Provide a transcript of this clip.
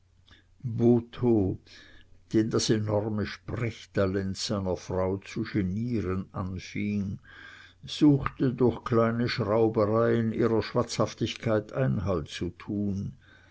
den das enorme sprechtalent seiner frau zu genieren anfing suchte durch kleine schraubereien ihrer schwatzhaftigkeit einhalt zu tun